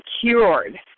cured